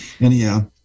Anyhow